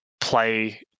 play